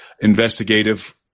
investigative